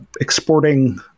exporting